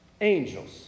angels